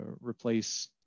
replace